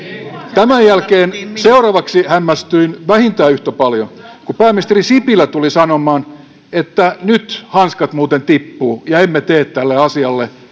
tämän jälkeen seuraavaksi hämmästyin vähintään yhtä paljon kun pääministeri sipilä tuli sanomaan että nyt hanskat muuten tippuu ja emme tee tälle asialle